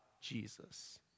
Jesus